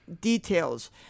details